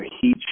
heat